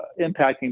impacting